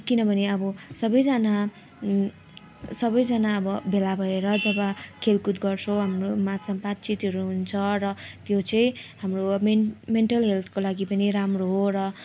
किनभने अब सबैजना सबैजना अब भेला भएर जब खेलकुद गर्छौँ हाम्रो माझमा बातचितहरू हुन्छ र त्यो चाहिँ हाम्रो मेन्ट मेन्टल हेल्थको लागि पनि राम्रो कुरो हो र